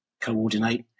coordinate